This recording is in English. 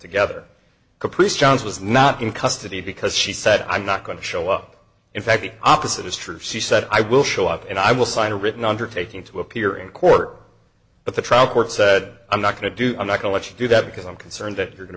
together caprice johns was not in custody because she said i'm not going to show up in fact the opposite is true she said i will show up and i will sign a written undertaking to appear in court at the trial court said i'm not going to do and i can let you do that because i'm concerned that you're going